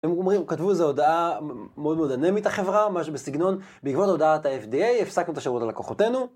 הם אומרים, כתבו איזו הודעה מאוד מאוד אנמית החברה, משהו בסגנון ״בעקבות הודעת ה-FDA, הפסקנו את השירות ללקוחותינו״.